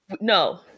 No